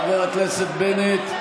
חבר הכנסת בנט,